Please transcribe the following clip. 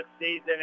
season